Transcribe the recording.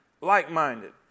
like-minded